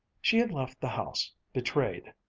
she had left the house, betrayed,